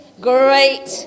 great